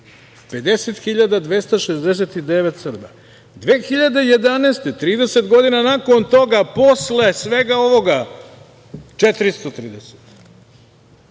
52.269 Srba, 2011. godine, 30 godina nakon toga posle svega ovoga, 430.